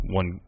one